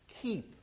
keep